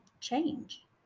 change